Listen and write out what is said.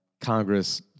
Congress